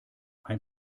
ein